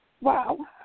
Wow